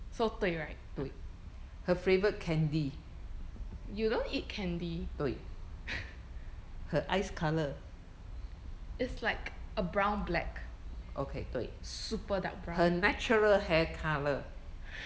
so 对 right you don't eat candy is like a brown black super dark brown